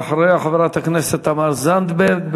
אחריה, חברת הכנסת תמר זנדברג.